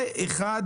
זה אחת